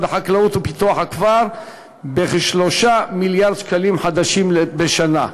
החקלאות ופיתוח הכפר בכ-3 מיליארד שקלים חדשים בשנה.